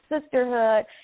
sisterhood